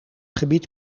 gebied